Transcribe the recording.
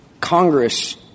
Congress